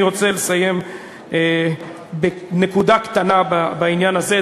אני רוצה לסיים בנקודה קטנה בעניין הזה,